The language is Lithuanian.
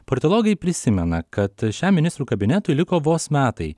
politologai prisimena kad šiam ministrų kabinetui liko vos metai